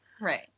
Right